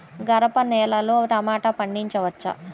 గరపనేలలో టమాటా పండించవచ్చా?